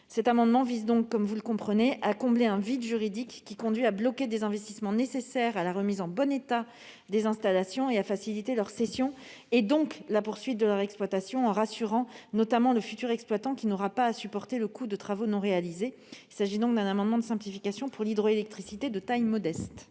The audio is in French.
Cet amendement vise, vous l'aurez compris, à combler un vide juridique qui conduit à bloquer des investissements nécessaires à la remise en bon état des installations et à faciliter leur cession et, partant, la poursuite de leur exploitation, en rassurant notamment le futur exploitant, qui n'aura pas à supporter le coût de travaux non réalisés. Il s'agit donc d'un amendement de simplification pour l'hydroélectricité de taille modeste.